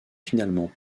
finalement